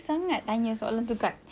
this is not the first time she did to me